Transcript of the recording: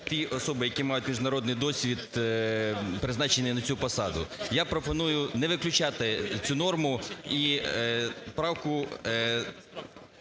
ті особи, які мають міжнародних досвід, призначені на цю посаду. Я пропоную не виключати цю норму і правку